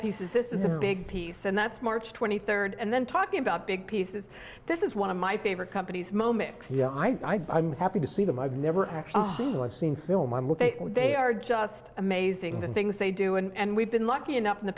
pieces this is a big piece and that's march twenty third and then talking about big pieces this is one of my favorite companies moment i'm happy to see them i've never actually seen film they are just amazing the things they do and we've been lucky enough in the